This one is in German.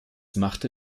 machte